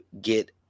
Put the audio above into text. get